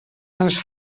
els